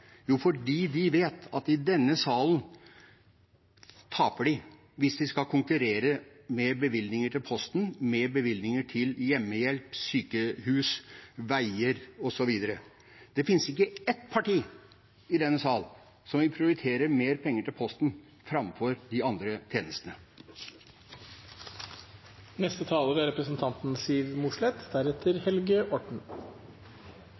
Jo, fordi de vet at i denne salen taper de hvis de skal konkurrere om bevilgninger til Posten med bevilgninger til hjemmehjelp, sykehus, veier osv. Det fins ikke ett parti i denne sal som vil prioritere mer penger til Posten framfor de andre